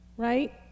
right